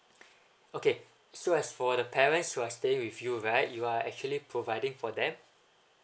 okay so as for the parents who are stay with you right you are actually providing for that